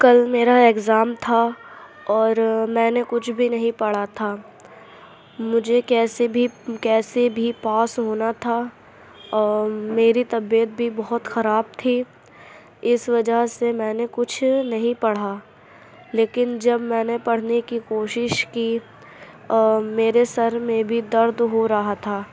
کل میرا ایگزام تھا اور میں نے کچھ بھی نہیں پڑھا تھا مجھے کیسے بھی کیسے بھی پاس ہونا تھا اور میری طبیعت بھی بہت خراب تھی اس وجہ سے میں نے کچھ نہیں پڑھا لیکن جب میں نے پڑھنے کی کوشش کی اور میرے سر میں بھی درد ہو رہا تھا